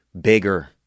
bigger